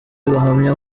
bahamya